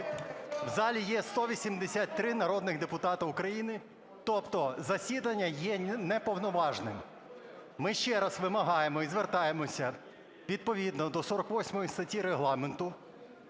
в залі є 183 народних депутати України, тобто засідання є неповноважним. Ми ще раз вимагаємо і звертаємося відповідно до 48 статті Регламенту,